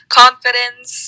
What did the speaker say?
confidence